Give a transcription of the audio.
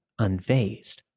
unfazed